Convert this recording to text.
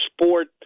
sport